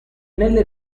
nelle